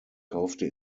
kaufte